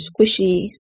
squishy